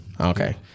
Okay